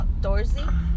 outdoorsy